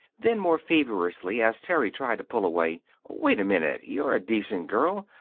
then, more feverishly, as terry tried to pull away wait a minute. you're a decent girl.